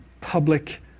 public